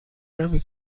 نمی